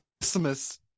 Christmas